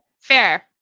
Fair